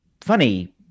funny